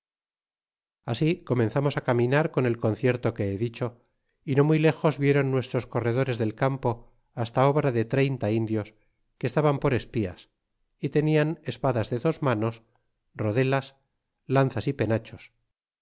así comenzamos á caminar con el concierto que he dicho y no muy lejos vieron nuestros corredores del campo hasta obra de treinta indios que estaban por espías y tenian espadas de dos manos rodelas lanzas y penachos